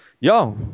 ja